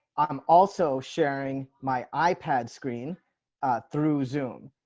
i'm also sharing my ipad screen through zoom.